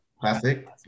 classic